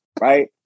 Right